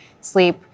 sleep